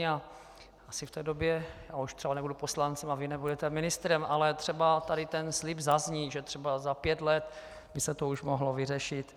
Já asi v té době už nebudu poslancem a vy nebudete ministrem, ale třeba tady ten slib zazní, že třeba za pět let by se to mohlo vyřešit.